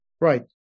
right